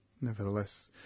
nevertheless